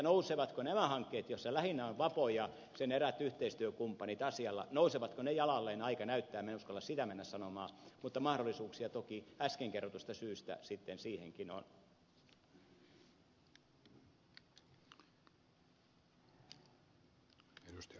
nousevatko jalalleen nämä hankkeet joissa lähinnä ovat vapo ja sen eräät yhteistyökumppanit asialla sen aika näyttää minä en uskalla sitä mennä sanomaan mutta mahdollisuuksia toki äsken kerrotuista syistä siihenkin on